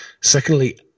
Secondly